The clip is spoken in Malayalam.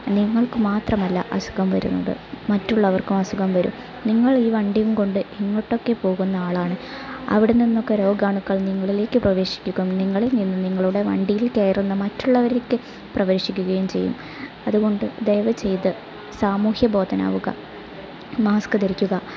നിങ്ങൾക്ക് മാത്രമല്ല അസുഖം വരുന്നത് മറ്റുള്ളവർക്കും അസുഖം വരും നിങ്ങൾ ഈ വണ്ടിയും കൊണ്ട് എങ്ങോട്ടൊക്കേ പോകുന്ന ആളാണ് അവിടെ നിന്നൊക്കെ രോഗാണുക്കൾ നിങ്ങളിലേക്ക് പ്രവേശിക്കുകയും നിങ്ങളിൽ നിന്നും നിങ്ങളുടെ വണ്ടിയിൽ കയറുന്ന മറ്റുള്ളവർക്ക് പ്രവേശിക്കുകയും ചെയ്യും അതുകൊണ്ട് ദയവ് ചെയ്ത് സാമൂഹ്യ ബോധവാനാകുക മാസ്ക് ധരിക്കുക